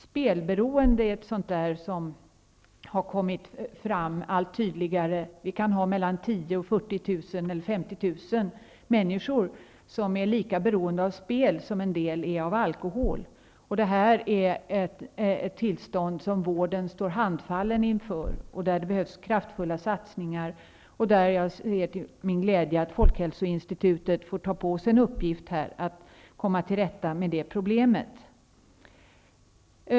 Spelberoende är ett sådant problem som har börjat synas allt tydligare. Det kan finnas 10 000--50 000 människor som är lika beroende av spel som en del är av alkohol. Det är ett tillstånd som vården står handfallen inför och där det behövs kraftfulla satsningar. Jag ser till min glädje att folkhälsoinstitutet får ta på sig den uppgiften att komma till rätta med problemet.